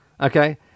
Okay